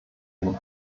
ein